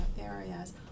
areas